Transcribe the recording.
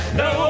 no